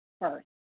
first